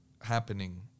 happening